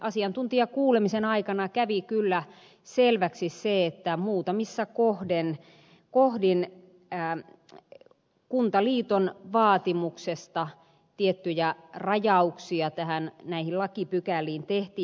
asiantuntijakuulemisen aikana kävi kyllä selväksi se että muutamissa kohdin kuntaliiton vaatimuksesta tiettyjä rajauksia näihin lakipykäliin tehtiin